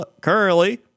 currently